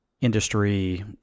industry